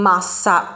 Massa